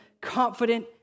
confident